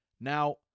Now